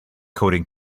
coding